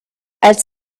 als